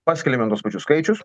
paskelbiam tuos pačius skaičius